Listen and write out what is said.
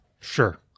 Sure